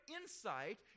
insight